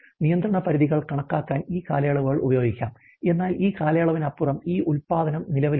നിയന്ത്രണ പരിധികൾ കണക്കാക്കാൻ ഈ കാലയളവുകൾ ഉപയോഗിക്കാം എന്നാൽ ഈ കാലയളവിനപ്പുറവും ഈ ഉൽപാദനം നിലവിലുണ്ട്